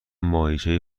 ماهیچه